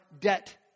debt